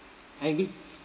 I agree